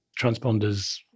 transponders